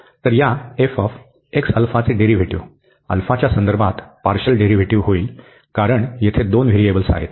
तर या चे डेरीव्हेटिव α च्या संदर्भात पार्शल डेरीव्हेटिव होईल कारण येथे दोन व्हेरीएबल्स आहेत